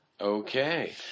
Okay